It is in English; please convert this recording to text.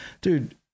dude